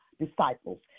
disciples